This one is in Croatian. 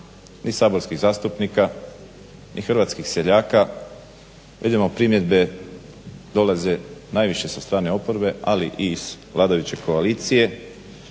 ni saborskih zastupnika ni hrvatskih seljaka. Vidimo primjedbe dolaze najviše sa strane oporbe ali i iz vladajuće koalicije.